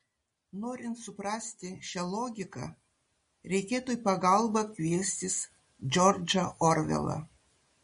norint suprasti šią logiką reikėtų į pagalbą kviestis džordžą orvelą